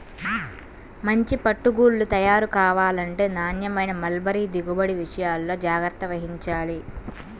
మంచి పట్టు గూళ్ళు తయారు కావాలంటే నాణ్యమైన మల్బరీ దిగుబడి విషయాల్లో జాగ్రత్త వహించాలి